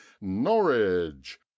Norwich